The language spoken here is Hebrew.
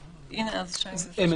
לעניין הדברים הבאים לעתיד לבוא אם